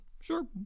Sure